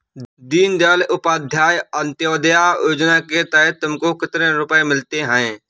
दीन दयाल उपाध्याय अंत्योदया योजना के तहत तुमको कितने रुपये मिलते हैं